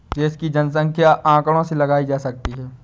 देश की जनसंख्या आंकड़ों से लगाई जा सकती है